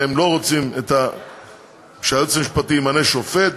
שהם לא רוצים שהיועץ המשפטי ימנה שופט,